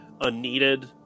unneeded